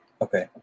Okay